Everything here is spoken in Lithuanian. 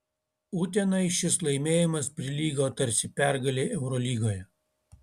utenai šis laimėjimas prilygo tarsi pergalei eurolygoje